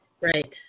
Right